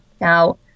Now